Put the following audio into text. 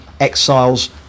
exiles